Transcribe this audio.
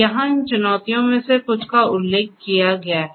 यहाँ इन चुनौतियों में से कुछ का उल्लेख किया गया है